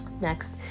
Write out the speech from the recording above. Next